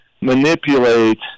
manipulate